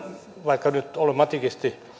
vaikka olen matikisti ja